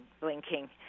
blinking